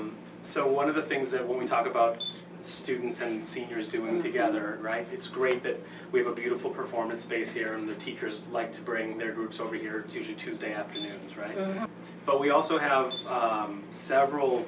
much so one of the things that we talk about students and seniors doing together right it's great that we have a beautiful performance space here and the teachers like to bring their groups over here to tuesday afternoon right but we also have several